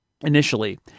initially